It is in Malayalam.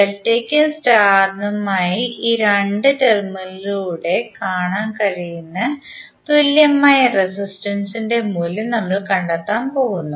ഡെൽറ്റയ്ക്കും സ്റ്റാർ ഇനുമായി ഈ 2 ടെർമിനലുകളിലൂടെ കാണാൻ സാധിക്കുന്ന തുല്യമായ റെസിസ്റ്റൻസ് ഇന്റെ മൂല്യം നമ്മൾ കണ്ടെത്താൻ പോകുന്നു